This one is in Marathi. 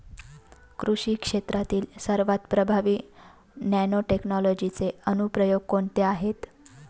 कृषी क्षेत्रातील सर्वात प्रभावी नॅनोटेक्नॉलॉजीचे अनुप्रयोग कोणते आहेत?